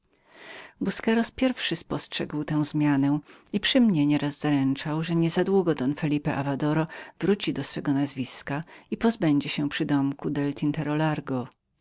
busqueros pierwszy spostrzegł tę zmianę i przy mnie nie raz zaręczał że niezadługo don phelippe avadoro wróci do swego nazwiska i pozbędzie się przydomku del